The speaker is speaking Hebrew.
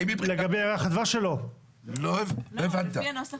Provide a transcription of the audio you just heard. האם מבחינת --- לגבי ירח הדבש שלו?